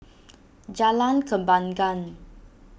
Jalan Kembangan